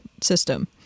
system